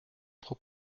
trop